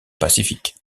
pacifique